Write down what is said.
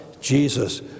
Jesus